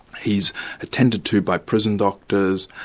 he's attended to by prison doctors,